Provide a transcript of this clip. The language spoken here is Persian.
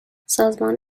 سازمان